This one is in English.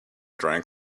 drank